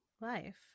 life